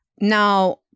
Now